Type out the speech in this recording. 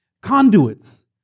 conduits